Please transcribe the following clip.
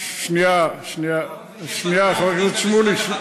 במשרד החקלאות.